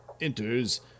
enters